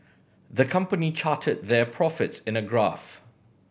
the company charted their profits in a graph